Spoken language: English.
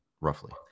roughly